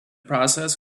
process